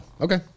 Okay